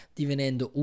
divenendo